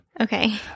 Okay